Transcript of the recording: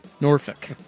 Norfolk